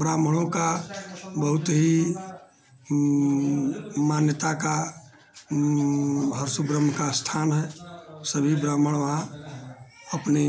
ब्राह्मणों का बहुत ही मान्यता का हरसु ब्रह्म का स्थान है सभी ब्राह्मण वहाँ अपने